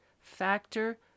factor